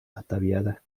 ataviadas